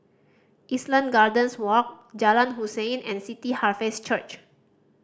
Island Gardens Walk Jalan Hussein and City Harvest Church